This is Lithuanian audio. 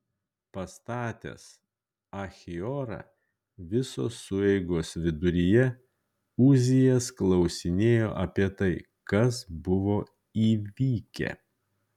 pastatęs achiorą visos sueigos viduryje uzijas klausinėjo apie tai kas buvo įvykę